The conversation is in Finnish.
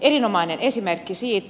erinomainen esimerkki siitä